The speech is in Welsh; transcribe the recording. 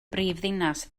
brifddinas